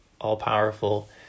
all-powerful